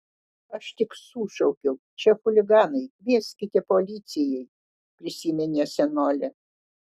aš tik sušaukiau čia chuliganai kvieskite policijai prisiminė senolė